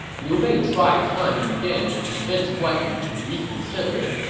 liu bei tried time and again to convince guan yu to reconsider,